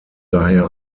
daher